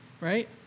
right